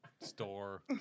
store